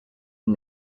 and